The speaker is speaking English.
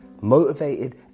motivated